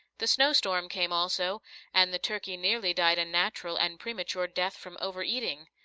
the snow-storm came also and the turkey nearly died a natural and premature death from over-eating.